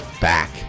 back